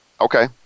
Okay